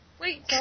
Wait